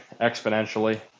exponentially